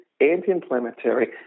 anti-inflammatory